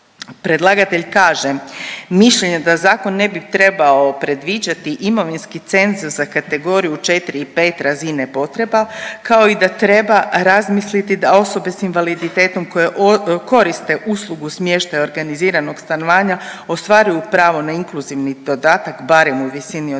predlagatelj kaže mišljenje da zakon ne bi trebao predviđati imovinski cenzus za kategoriju 4. i 5. razine potreba, kao i da treba razmisliti da osobe s invaliditetom koje koriste uslugu smještaja organiziranog stanovanja ostvaruju pravo na inkluzivni dodatak, barem u visini od